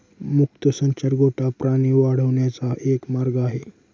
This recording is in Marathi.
मुक्त संचार गोठा प्राणी वाढवण्याचा एक मार्ग आहे